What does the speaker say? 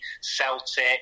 Celtic